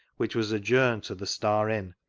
which was adjourned to the star inn,